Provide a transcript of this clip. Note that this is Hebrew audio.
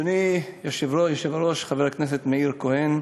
אדוני היושב-ראש, חבר הכנסת מאיר כהן,